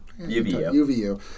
UVU